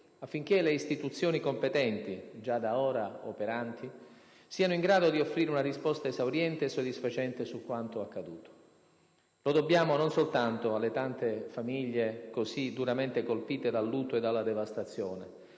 affinché le istituzioni competenti - già da ora operanti - siano in grado di offrire una risposta esauriente e soddisfacente su quanto accaduto. Lo dobbiamo non soltanto alle tante famiglie così duramente colpite dal lutto e dalla devastazione,